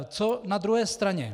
Co na druhé straně?